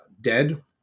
dead